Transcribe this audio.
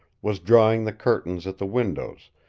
was drawing the curtains at the windows,